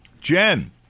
Jen